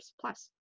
plus